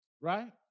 right